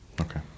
Okay